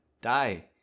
die